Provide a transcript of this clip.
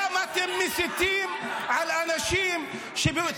אנחנו משנים את זה.